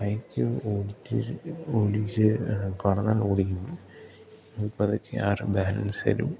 bike ഓടിച്ച് ഓടിച്ച് കുറെ നാൾ ഓടിക്കുന്നു അതിപ്പം അതൊക്കെ ആ ഒരു ബാലൻസെരും